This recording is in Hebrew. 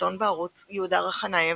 סרטון בערוץ "יהודה רחנייב",